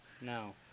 No